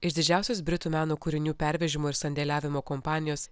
iš didžiausios britų meno kūrinių pervežimo ir sandėliavimo kompanijos